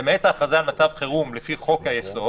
למעט ההכרזה על מצב חירום לפי חוק היסוד